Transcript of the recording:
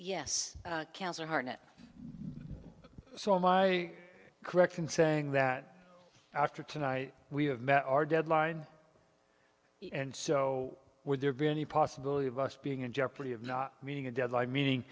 yes cancer heart net so am i correct in saying that after tonight we have met our deadline and so would there be any possibility of us being in jeopardy of not meeting a deadline meaning